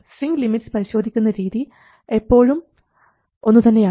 swing limits പരിശോധിക്കുന്ന രീതി എപ്പോഴും ഒന്നു തന്നെയാണ്